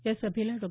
यासभेला डॉ